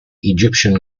egyptian